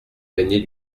gagner